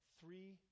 Three